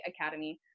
academy